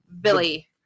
Billy